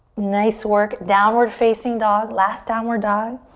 nice work. downward facing dog. last downward dog.